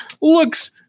looks